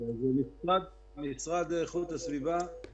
המשרד לאיכות הסביבה זה